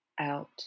out